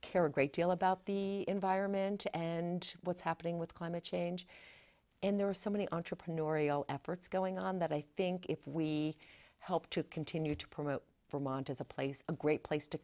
care a great deal about the environment and what's happening with climate change and there are so many entrepreneurial efforts going on that i think if we help to continue to promote vermont as a place a great place to